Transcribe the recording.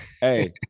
hey